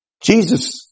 Jesus